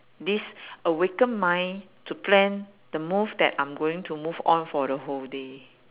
this awakened mind to plan the move that I'm going to move on for the whole day